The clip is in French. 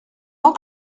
ans